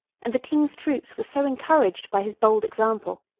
and the king's troops were so encouraged by his bold example,